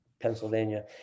Pennsylvania